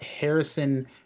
harrison